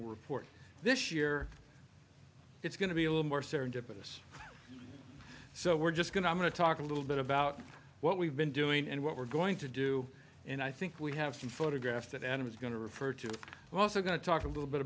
then report this year it's going to be a little more serendipitous so we're just going to i'm going to talk a little bit about what we've been doing and what we're going to do and i think we have some photographs that adam is going to refer to also going to talk a little bit